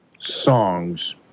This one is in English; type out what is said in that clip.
songs